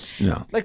No